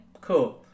Cool